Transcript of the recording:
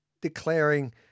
declaring